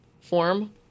form